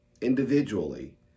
individually